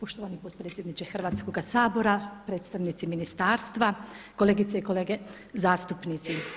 Poštovani potpredsjedniče Hrvatskoga sabora, predstavnici ministarstva, kolegice i kolege zastupnici.